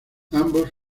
ambos